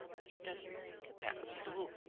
he doesn't think about me at all,